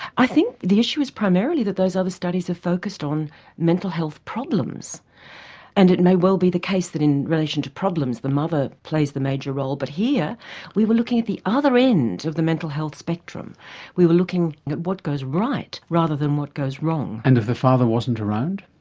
i think the issue is primarily that those other studies have focused on mental health problems and it may well be the case that in relation to problems the mother plays the major role. but here we were looking at the other end of the mental health spectrum we were looking at what goes right rather than what goes wrong. and if the father wasn't around?